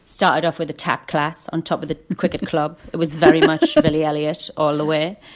started off with a tap class on top of the cricket club. it was very much a billy elliot all the way.